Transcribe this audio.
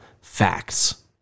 facts